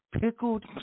Pickled